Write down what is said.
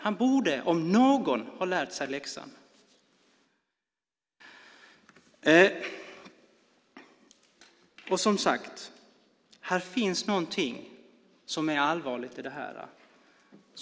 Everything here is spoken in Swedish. Han borde, om någon, ha lärt sig läxan. Det finns någonting som är allvarligt i detta.